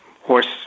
horse